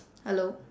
hello